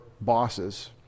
bosses